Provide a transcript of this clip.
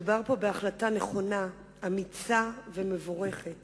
מדובר פה בהחלטה נכונה, אמיצה ומבורכת